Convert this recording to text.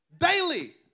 Daily